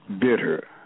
Bitter